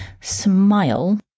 smile